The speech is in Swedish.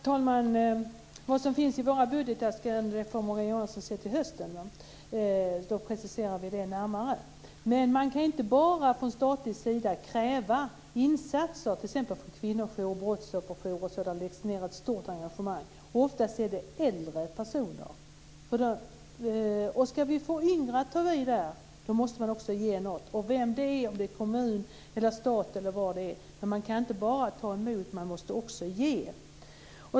Herr talman! Vad som finns i våra budgetäskanden får Morgan Johansson se till hösten. Då gör vi en närmare precisering. Man kan inte bara från statlig sida kräva insatser t.ex. för kvinnojourer och brottsofferjourer, som ju ägnas ett stort engagemang. Ofta handlar det då om äldre personer. För att få yngre att ta vid där måste man också ge något. Det gäller då kommunen, staten eller vad det nu är. Man kan inte bara ta emot utan man måste också ge.